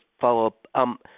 follow-up